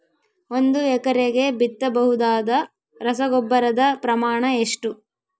ಒಂದು ಎಕರೆಗೆ ಬಿತ್ತಬಹುದಾದ ರಸಗೊಬ್ಬರದ ಪ್ರಮಾಣ ಎಷ್ಟು?